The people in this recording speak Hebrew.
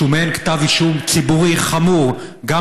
שהוא מעין כתב אישום ציבורי חמור גם